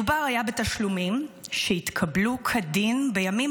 מדובר היה בתשלומים שהתקבלו כדין בימים